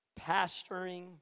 pastoring